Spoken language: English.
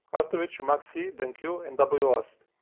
after which you max e, then q and w last,